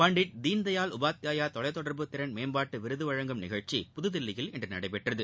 பண்டிட் தீன்தயாள் உபாத்யாயா தொலைத்தொடர்பு திறன் மேம்பாட்டு விருது வழங்கும் நிகழ்ச்சி புதுதில்லியில் இன்று நடைபெற்றது